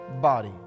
body